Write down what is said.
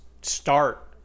start